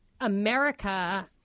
America